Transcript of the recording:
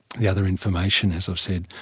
the other information, as i've said,